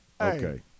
Okay